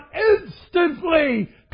instantly